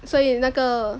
所以那个